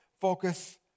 focus